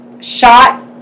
Shot